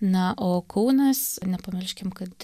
na o kaunas nepamirškim kad